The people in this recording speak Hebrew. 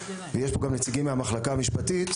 יש פה גם נציגים מהמחלקה המשפטית,